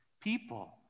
People